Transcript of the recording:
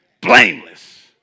blameless